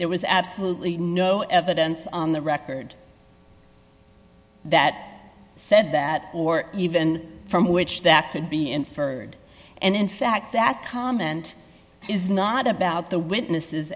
there was absolutely no evidence on the record that said that or even from which that could be inferred and in fact that comment is not about the witnesses